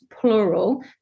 plural